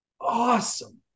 awesome